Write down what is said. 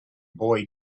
boy